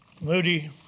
Moody